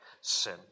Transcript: sin